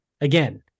Again